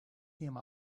him